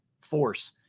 force